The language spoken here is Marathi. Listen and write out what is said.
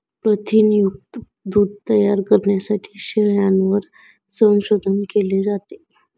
प्रथिनयुक्त दूध तयार करण्यासाठी शेळ्यांवर संशोधन केले जाते